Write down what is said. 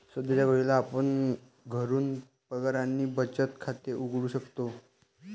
सध्याच्या घडीला आपण घरून पगार आणि बचत खाते उघडू शकतो